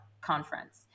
conference